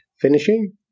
finishing